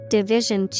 Division